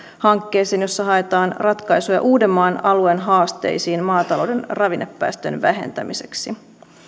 hankkeeseen jossa haetaan ratkaisuja uudenmaan alueen haasteisiin maatalouden ravinnepäästöjen vähentämiseksi